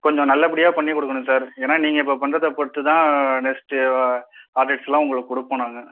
கொஞ்சம் நல்லபடியாக பண்ணி கொடுக்கணும் சார் ஏன்னா நீங்கள் இப்போ பண்ணுறத பொறுத்து தான் நெக்ஸ்ட்டு ஆடர்ஸ்லாம் உங்களுக்கு கொடுப்போம் நாங்கள்